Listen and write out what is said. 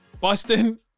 busting